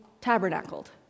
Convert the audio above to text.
tabernacled